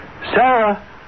Sarah